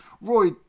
Roy